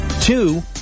Two